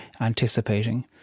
anticipating